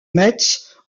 mets